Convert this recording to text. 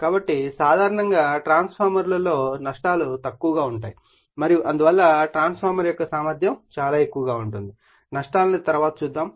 కాబట్టి సాధారణంగా ట్రాన్స్ఫార్మర్లలో నష్టాలు తక్కువగా ఉంటాయి మరియు అందువల్ల ట్రాన్స్ఫార్మర్ యొక్క సామర్థ్యం చాలా ఎక్కువగా ఉంటుంది నష్టాలను తరువాత చూస్తాము